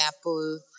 apple